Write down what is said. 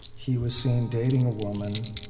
he was seen dating a woman.